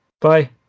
Bye